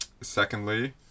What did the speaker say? Secondly